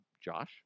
Josh